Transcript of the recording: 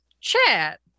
chat